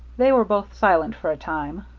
they were both silent for a time.